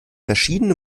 verschiedene